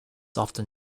often